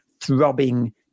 throbbing